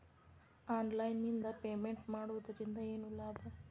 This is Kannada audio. ಆನ್ಲೈನ್ ನಿಂದ ಪೇಮೆಂಟ್ ಮಾಡುವುದರಿಂದ ಏನು ಲಾಭ?